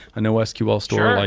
a nosql store like